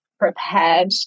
prepared